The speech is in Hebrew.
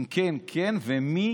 אם כן, כן ומי